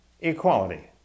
equality